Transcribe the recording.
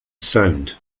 sound